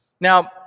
now